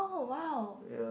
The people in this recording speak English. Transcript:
yeah